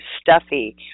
stuffy